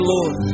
Lord